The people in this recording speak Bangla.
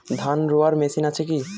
ধান রোয়ার মেশিন আছে কি?